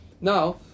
now